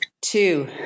Two